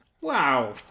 Wow